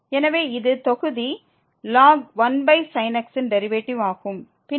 எனவே இது தொகுதி ln 1sin x இன் டெரிவேட்டிவ் ஆகும்